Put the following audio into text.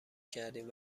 کردیم